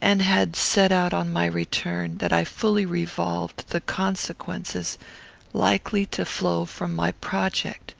and had set out on my return, that i fully revolved the consequences likely to flow from my project.